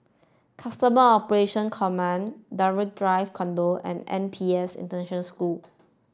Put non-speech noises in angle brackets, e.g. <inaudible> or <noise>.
Custom Operation Command Draycott Drive Condominium and N P S <unintelligible> School